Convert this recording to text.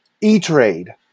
E-Trade